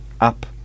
up